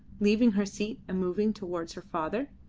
leaving her seat and moving towards her father.